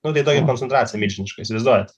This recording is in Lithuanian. nu tai tokia koncentracija milžiniška įsivaizduojat